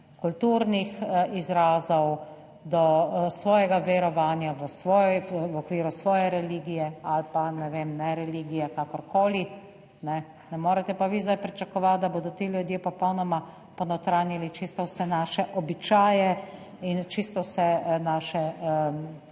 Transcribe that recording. kulturnih izrazov, do svojega verovanja v okviru svoje religije ali pa, ne vem, ne religije, kakorkoli. Ne morete pa vi zdaj pričakovati, da bodo ti ljudje popolnoma ponotranjili čisto vse naše običaje in čisto vse naše